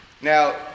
Now